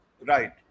right